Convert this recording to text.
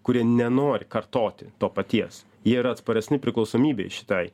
kurie nenori kartoti to paties jie yra atsparesni priklausomybei šitai